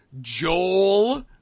Joel